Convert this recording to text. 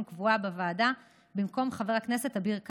קבועה בוועדה במקום חבר הכנסת אביר קארה,